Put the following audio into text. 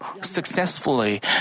successfully